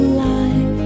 life